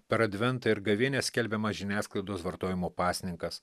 per adventą ir gavėnią skelbiamas žiniasklaidos vartojimo pasninkas